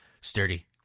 Sturdy